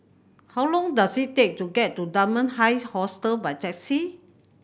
how long does it take to get to Dunman High Hostel by taxi